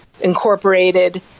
incorporated